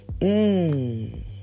mmm